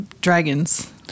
dragons